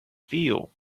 feel